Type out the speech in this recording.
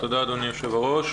תודה אדוני היו"ר.